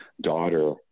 daughter